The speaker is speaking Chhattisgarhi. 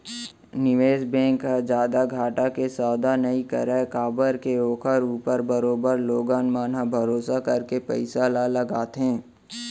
निवेस बेंक ह जादा घाटा के सौदा नई करय काबर के ओखर ऊपर बरोबर लोगन मन ह भरोसा करके पइसा ल लगाथे